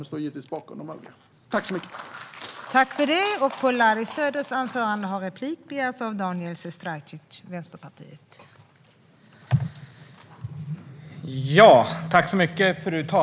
Jag står givetvis bakom våra övriga reservationer.